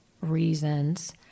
Reasons